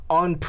on